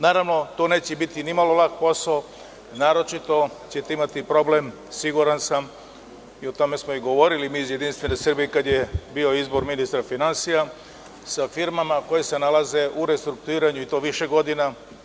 Naravno, to neće biti nimalo lak posao, a naročito ćete imati problem, siguran sam, i o tome smo i govorili mi iz JS kad je bio izbor ministra finansija, sa firmama koje se nalaze u restrukturiranju i to više godina.